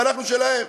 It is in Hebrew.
ואנחנו שלהם.